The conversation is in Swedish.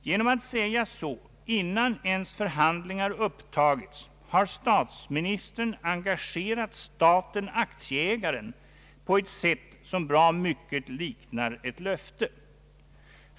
Genom att säga så, innan ens förhandlingar upptagits, har statsministern engagerat staten-aktieägaren på ett sätt som bra mycket liknar ett löfte.